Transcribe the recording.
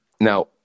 now